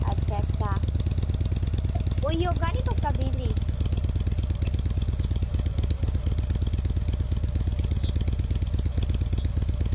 अच्छा अच्छा होई जाह्गा ना पक्का बीह तरीक